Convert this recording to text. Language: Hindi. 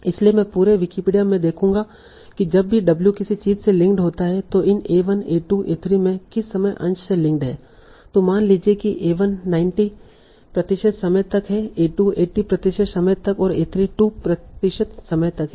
इसलिए मैं पूरे विकिपीडिया में देखूंगा कि जब भी w किसी चीज़ से लिंक होता है तो इन a1 a2 a3 में किस समय अंश से लिंक है तों मान लीजिए कि a1 90 प्रतिशत समय तक है a2 80 प्रतिशत समय तक और a3 2 प्रतिशत समय तक है